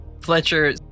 Fletcher